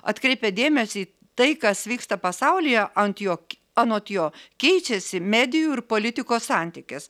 atkreipė dėmesį tai kas vyksta pasaulyje ant jo anot jo keičiasi medijų ir politikos santykis